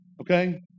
Okay